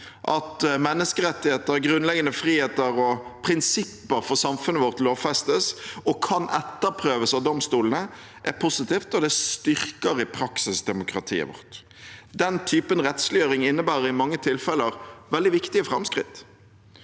At menneskerettigheter, grunnleggende friheter og prinsipper for samfunnet vårt lovfestes og kan etterprøves av domstolene, er positivt, og det styrker i praksis demokratiet vårt. Den typen rettsliggjøring innebærer i mange tilfeller veldig viktige framskritt.